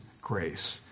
grace